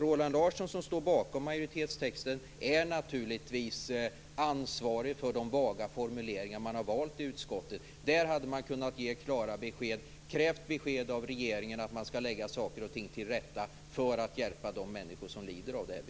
Roland Larsson som står bakom majoritetstexten är naturligtvis ansvarig för de vaga formuleringar som utskottet valt. Där hade man kunnat ge klara besked, krävt besked av regeringen att man skall lägga saker och ting till rätta för att hjälpa de människor som har det här bekymret.